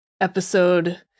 episode